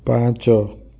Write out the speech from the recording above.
ପାଞ୍ଚ